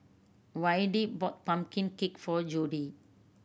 Wayde bought pumpkin cake for Jodie